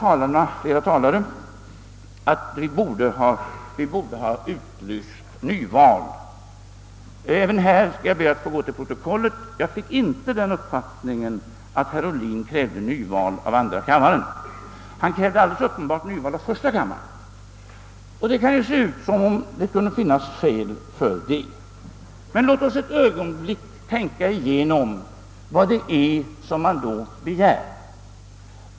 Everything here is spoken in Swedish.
Flera talare har i dag anfört att vi borde ha utlyst nyval. även på denna punkt skall jag be att få gå till protokollet. Jag fick inte den uppfattningen att herr Ohlin krävde nyval av andra kammaren, men däremot krävde han nyval av första kammaren. Det kan också se ut som om det kunde finnas skäl för en sådan åtgärd. Men låt oss ett ögonblick tänka igenom vad man då gör.